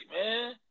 man